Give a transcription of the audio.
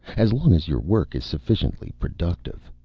as long as your work is sufficiently productive